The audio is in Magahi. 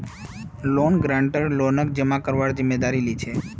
लोन गारंटर लोन अदा करवार जिम्मेदारी लीछे